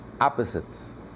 opposites